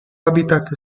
habitat